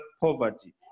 poverty